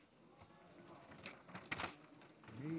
אדוני